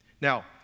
Now